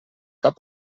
cap